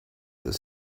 the